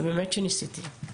ובאמת שניסיתי.